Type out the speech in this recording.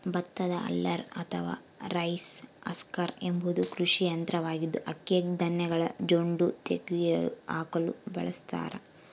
ಭತ್ತದ ಹಲ್ಲರ್ ಅಥವಾ rice husker ಎಂಬುದು ಕೃಷಿ ಯಂತ್ರವಾಗಿದ್ದು, ಅಕ್ಕಿಯ ಧಾನ್ಯಗಳ ಜೊಂಡು ತೆಗೆದುಹಾಕಲು ಬಳಸತಾರ